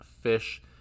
fish